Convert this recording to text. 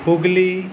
Hooghly